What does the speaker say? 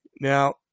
now